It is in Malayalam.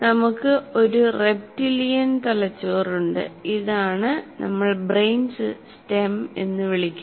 നമുക്ക് ഒരു റെപ്റ്റിലിയൻ തലച്ചോറുണ്ട് ഇതാണ് നമ്മൾ ബ്രെയിൻ സ്റ്റെം എന്ന് വിളിക്കുന്നത്